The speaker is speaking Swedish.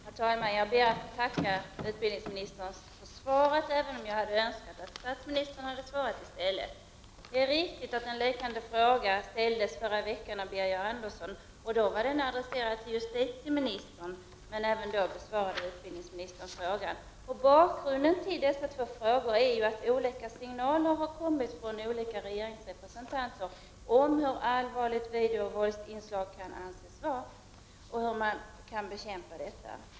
Herr talman! Jag ber att få tacka utbildningsministern för svaret, även om jag hade önskat att statsministern hade svarat i stället. Det är riktigt att en liknande fråga ställdes förra veckan av Birger Andersson. Den frågan var adresserad till justitieministern, men även då svarade utbildningsministern på frågan. Bakgrunden till dessa två frågor är att olika signaler har kommit från olika regeringsrepresentanter om hur allvarliga videovåldsinslag kan anses vara och om man kan bekämpa detta.